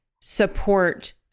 support